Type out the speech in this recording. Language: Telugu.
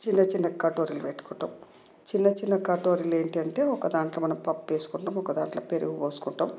చిన్న చిన్న కటోర్లు పెట్టుకుంటాం చిన్న చిన్న కటోర్లు ఏంటి అంటే ఒకదాంట్లో మనం పప్పేసుకుంటాం ఒకదాంట్లో పెరుగు పోసుకుంటాం